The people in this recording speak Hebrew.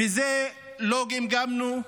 בזה לא גמגמנו.